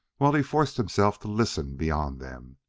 while he forced himself to listen beyond them.